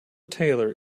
tailor